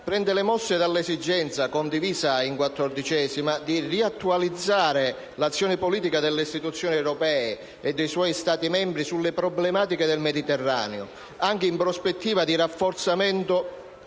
prende le mosse dall'esigenza - condivisa in 14a Commissione - di riattualizzare l'azione politica delle istituzioni europee e dei suoi Stati membri sulle problematiche del Mediterraneo, anche nella prospettiva di un rafforzamento